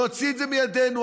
להוציא את זה מידינו.